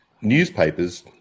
newspapers